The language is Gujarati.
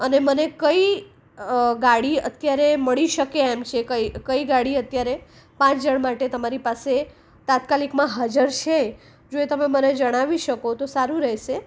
અને મને કઈ ગાડી અત્યારે મળી શકે એમ છે કઈ કઈ ગાડી અત્યારે પાંચ જણ માટે તમારી પાસે તાત્કાલિકમાં હાજર છે જો એ તમે મને જણાવી શકો તો સારું રહેશે